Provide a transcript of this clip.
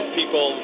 people